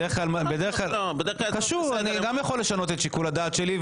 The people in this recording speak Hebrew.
בדרך כלל --- אני גם יכול לשנות את שיקול הדעת שלי,